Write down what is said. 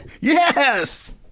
Yes